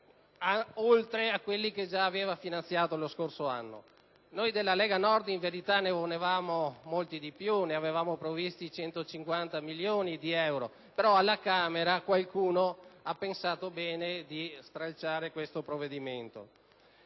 oltre a quelli che già aveva finanziato lo scorso anno. Noi della Lega Nord, in verità, ne volevamo molti di più, avevamo previsto 150 milioni di euro, però alla Camera qualcuno ha pensato bene di stralciare questo provvedimento.